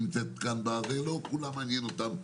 לא כולם זה מעניין אותם,